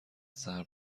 ضرب